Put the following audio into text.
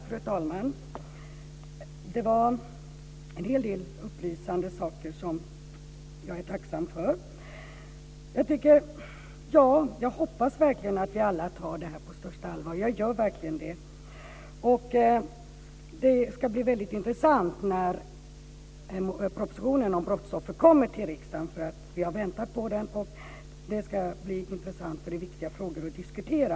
Fru talman! Det var en hel del upplysande saker som jag är tacksam för. Jag hoppas verkligen att vi alla tar det här på största allvar. Jag gör verkligen det. Det ska bli intressant när propositionen om brottsoffer kommer till riksdagen. Vi har väntat på den. Det ska bli intressant eftersom det är viktiga frågor att diskutera.